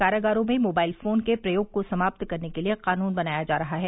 कारगारों में mobile phone के प्रयोग को समाप्त करने के लिये कानून बनाया जा रहा है